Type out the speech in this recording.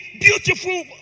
beautiful